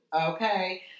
okay